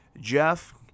jeff